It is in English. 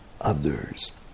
others